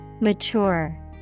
Mature